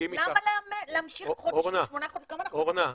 למה להמשיך כמה אנחנו בקורונה?